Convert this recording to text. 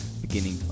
Beginning